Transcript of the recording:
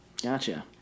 Gotcha